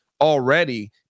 already